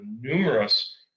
numerous